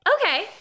okay